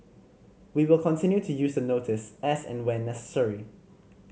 we will continue to use the notice as and when necessary